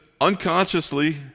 unconsciously